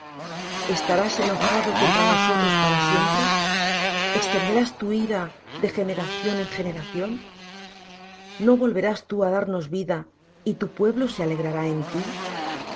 estarás enojado contra nosotros para siempre extenderás tu ira de generación en generación no volverás tú á darnos vida y tu pueblo se alegrará en ti